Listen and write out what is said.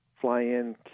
fly-in